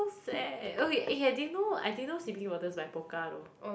so sad ok eh I didn't know I didn't know c_p bottles by Pokka though